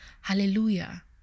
hallelujah